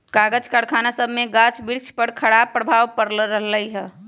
कागज करखना सभसे गाछ वृक्ष पर खराप प्रभाव पड़ रहल हइ